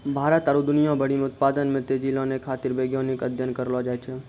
भारत आरु दुनिया भरि मे उत्पादन मे तेजी लानै खातीर वैज्ञानिक अध्ययन करलो जाय छै